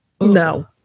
no